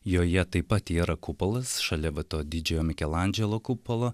joje taip pat yra kupolas šalia va to didžiojo mikelandželo kupolo